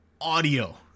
audio